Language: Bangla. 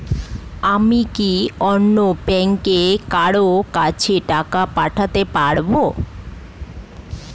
আমি কি অন্য ব্যাংকের কারো কাছে টাকা পাঠাতে পারেব?